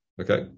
okay